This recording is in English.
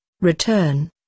return